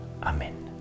Amen